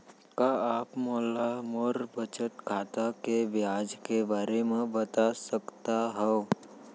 का आप मोला मोर बचत खाता के ब्याज के बारे म बता सकता हव?